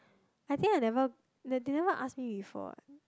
I think I never th~ they never ask me before